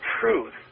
truth